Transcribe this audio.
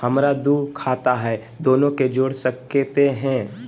हमरा दू खाता हय, दोनो के जोड़ सकते है?